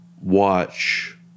watch